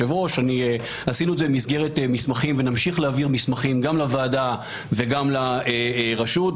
עשינו זאת במסגרת מסמכים ונמשיך להעביר מסמכים גם לוועדה וגם לרשות.